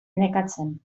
nekatzen